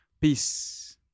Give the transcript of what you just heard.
Peace